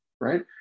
Right